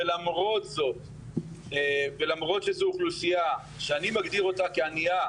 ולמרות שזו אוכלוסייה שאני מגדיר אותה כענייה,